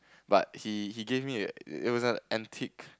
but he he gave me a it's was an antique